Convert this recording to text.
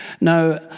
now